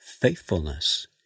Faithfulness